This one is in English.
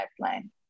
pipeline